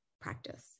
practice